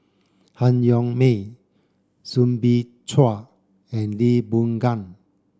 Han Yong May Soo Bin Chua and Lee Boon Ngan